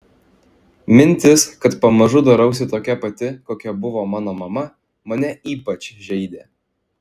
mintis kad pamažu darausi tokia pati kokia buvo mano mama mane ypač žeidė